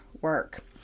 work